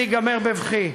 זה ייגמר בבכי.